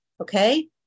okay